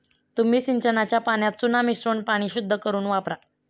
तुम्ही सिंचनाच्या पाण्यात चुना मिसळून पाणी शुद्ध करुन वापरा